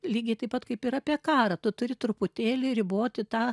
lygiai taip pat kaip ir apie karą tu turi truputėlį riboti tą